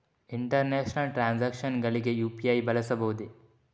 International transactions ಗಳಿಗೆ UPI ಬಳಸಬಹುದೇ?